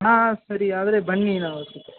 ಹಾಂ ಹಾಂ ಸರಿ ಆದ್ರೆ ಬನ್ನಿ